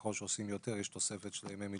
ככל שעושים יותר יש תוספת של ימי מילואים.